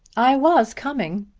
i was coming.